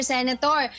Senator